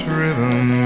rhythm